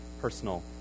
personal